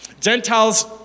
Gentiles